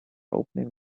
opening